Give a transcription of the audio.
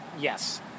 Yes